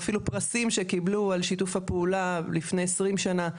אפילו פרסים שקיבלו על שיתוף הפעולה לפני עשרים שנה,